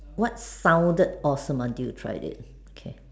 what sounded awesome until you tried it okay